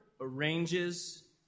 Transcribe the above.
arranges